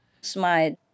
smile